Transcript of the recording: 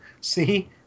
See